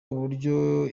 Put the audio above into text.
uburyo